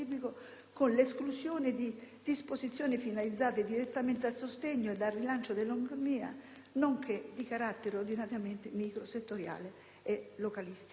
con l'esclusione di disposizioni finalizzate direttamente al sostegno o al rilancio dell'economia nonché di carattere ordinamentale, micro/settoriale e localistico».